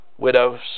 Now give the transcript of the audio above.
Widows